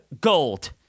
gold